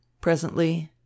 Presently